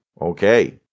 okay